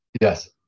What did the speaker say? Yes